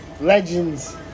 legends